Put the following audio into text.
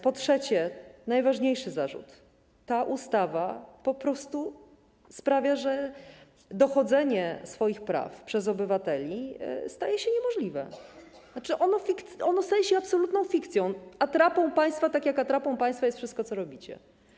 Po trzecie, to najważniejszy zarzut, ta ustawa po prostu sprawia, że dochodzenie swoich praw przez obywateli staje się niemożliwe, to znaczy ono staje się absolutną fikcją, atrapą państwa, tak jak atrapą państwa jest wszystko, co robicie.